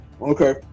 Okay